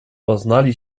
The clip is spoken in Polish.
poznali